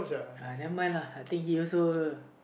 uh never mind lah I think he also